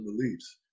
beliefs